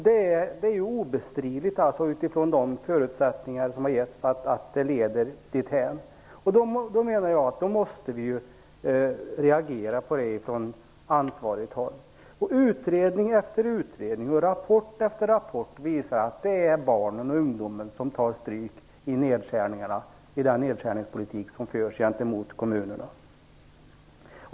Det är obestridligt utifrån de förutsättningar som har getts att det leder dithän. Då måste vi reagera på det från ansvarigt håll. Utredning efter utredning och rapport efter rapport visar att det är barnen och ungdomen som tar stryk i den nedskärningspolitik som förs gentemot kommunerna.